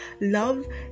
Love